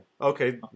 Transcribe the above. okay